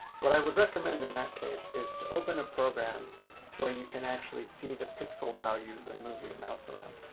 what i would recommend in that case is to open a program where you can actually see the pixel values and move your mouse around.